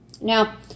Now